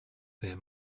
there